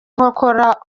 nkokora